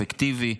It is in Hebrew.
אפקטיבי,